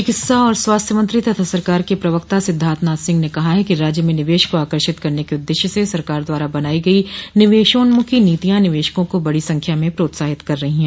चिकित्सा और स्वास्थ्य मंत्री तथा सरकार के प्रवक्ता सिद्धार्थनाथ सिंह ने कहा है कि राज्य में निवेश को आकर्षित करने के उद्देश्य से सरकार द्वारा बनाई गई निवेशोन्मुखी नीतियां निवेशकों को बड़ी संख्या में प्रोत्साहित कर रही है